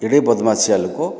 ଏଡ଼େ ବଦମାସିଆ ଲୋକ